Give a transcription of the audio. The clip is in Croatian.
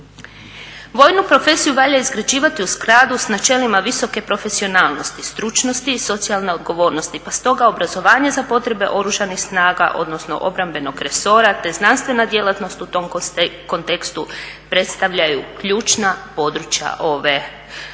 Vojnu profesiju valja izgrađivati u skladu sa načelima visoke profesionalnosti, stručnosti i socijalne odgovornosti pa stoga obrazovanje za potrebe Oružanih snaga odnosno obrambenog resora te znanstvena djelatnost u tom kontekstu predstavljaju ključna područja